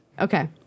Okay